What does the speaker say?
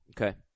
Okay